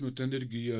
nu ten irgi jie